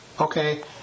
okay